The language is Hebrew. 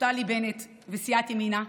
נפתלי בנט וסיעת ימינה,